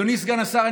אדוני סגן השר,